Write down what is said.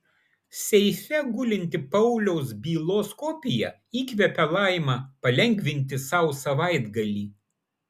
seife gulinti pauliaus bylos kopija įkvepia laimą palengvinti sau savaitgalį